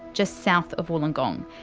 just south of wollongong.